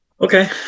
Okay